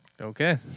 Okay